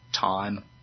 time